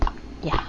ya